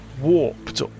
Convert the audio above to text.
warped